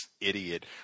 idiot